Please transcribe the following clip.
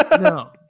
No